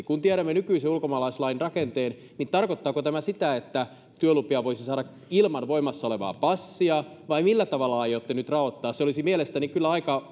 kun tiedämme nykyisen ulkomaalaislain rakenteen niin tarkoittaako tämä sitä että työlupia voisi saada ilman voimassa olevaa passia vai millä tavalla aiotte nyt raottaa se olisi mielestäni kyllä aika